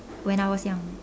when I was young